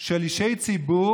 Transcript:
של אישי ציבור,